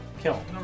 Kill